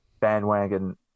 bandwagon